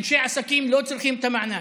אנשי עסקים לא צריכים את המענק.